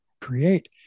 create